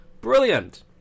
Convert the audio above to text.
Brilliant